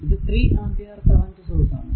ഇത് 3 ampere current source ആണ്